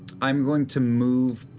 i'm going to move